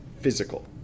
physical